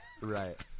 Right